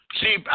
See